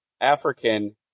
African